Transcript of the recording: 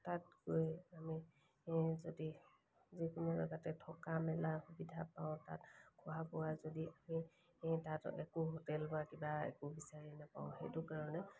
তাত গৈ আমি যদি যিকোনো জেগাতে থকা মেলা সুবিধা পাওঁ তাত খোৱা বোৱা যদি আমি তাত একো হোটেল বা কিবা একো বিচাৰি নাপাওঁ সেইটো কাৰণে